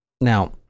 Now